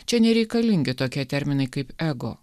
čia nereikalingi tokie terminai kaip ego